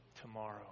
Tomorrow